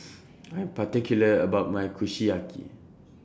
I Am particular about My Kushiyaki